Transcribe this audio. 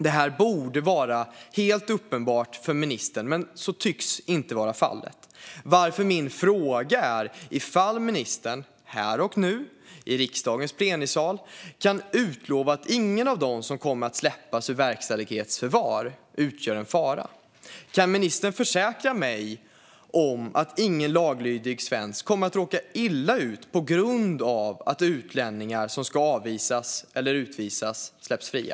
Detta borde vara helt uppenbart för ministern, men så tycks inte vara fallet. Därför är min fråga om ministern här och nu, i riksdagens plenisal, kan utlova att ingen av dem som kommer att släppas ur verkställighetsförvar utgör en fara. Kan ministern försäkra mig att ingen laglydig svensk kommer att råka illa ut på grund av att utlänningar som ska avvisas eller utvisas släpps fria?